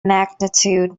magnitude